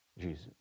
Jesus